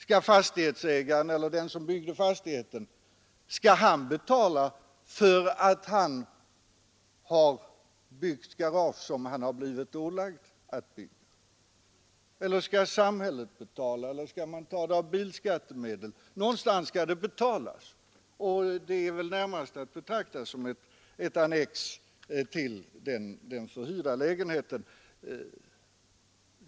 Skall fastighetsägaren eller den som uppfört fastigheten betala för att man har byggt garage som man blivit ålagd att bygga? Eller skall samhället betala eller skall kostnaden tas ut av bilskattemedel? Någonstans skall det betalas, men garaget är väl närmast att betrakta som ett annex till den förhyrda lägenheten.